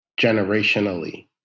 generationally